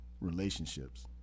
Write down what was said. relationships